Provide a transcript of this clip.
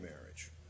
marriage